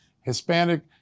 Hispanic